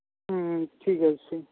হুম ঠিক আছে